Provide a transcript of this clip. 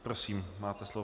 Prosím, máte slovo.